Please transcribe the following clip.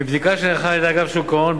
מבדיקה שנערכה על-ידי אגף שוק ההון,